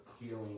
healing